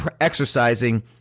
exercising